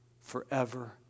forever